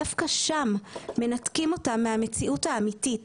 דווקא שם מנתקים אותם מהמציאות האמיתית,